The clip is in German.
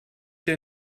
der